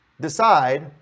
decide